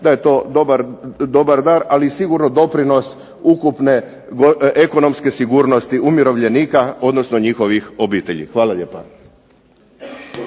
da je to dobar dar, ali i sigurno doprinos ukupne ekonomske sigurnosti umirovljenika, odnosno njihovih obitelji. Hvala lijepa.